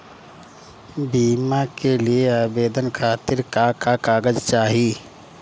बीमा के लिए आवेदन खातिर का का कागज चाहि?